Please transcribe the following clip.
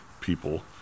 people